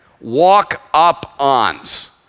walk-up-ons